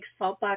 Saltbox